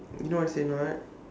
you know as in what